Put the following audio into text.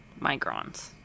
Microns